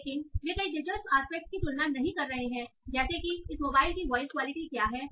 लेकिन वे कई दिलचस्प आस्पेक्टस की तुलना नहीं कर रहे हैं जैसे कि इस मोबाइल की वॉइस क्वालिटी क्या है